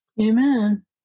Amen